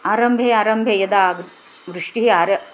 आरम्भे आरम्भे यदा वृष्टिः आर